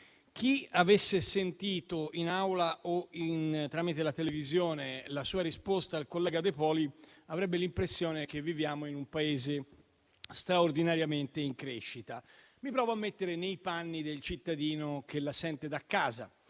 chi avesse sentito, in Aula o tramite la televisione, la sua risposta al collega De Poli avrebbe l'impressione che viviamo in un Paese straordinariamente in crescita. Mi provo a mettere nei panni del cittadino che l'ascolta da casa.